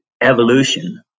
evolution